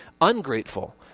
ungrateful